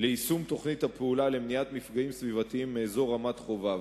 ליישום תוכנית הפעולה למניעת מפגעים סביבתיים מאזור רמת-חובב.